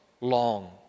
long